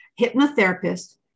hypnotherapist